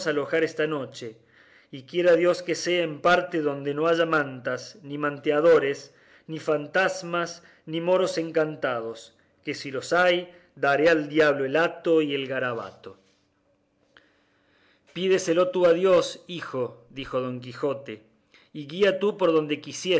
alojar esta noche y quiera dios que sea en parte donde no haya mantas ni manteadores ni fantasmas ni moros encantados que si los hay daré al diablo el hato y el garabato pídeselo tú a dios hijo dijo don quijote y guía tú por donde quisieres